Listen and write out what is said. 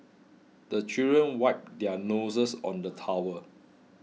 the children wipe their noses on the towel